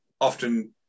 often